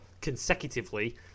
consecutively